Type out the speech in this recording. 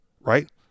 Right